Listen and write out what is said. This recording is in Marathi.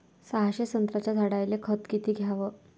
सहाशे संत्र्याच्या झाडायले खत किती घ्याव?